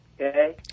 Okay